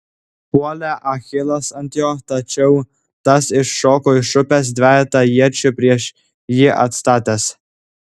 puolė achilas ant jo tačiau tas iššoko iš upės dvejetą iečių prieš jį atstatęs